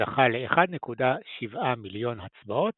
שזכה ל-1.7 מיליון הצבעות